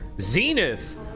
Zenith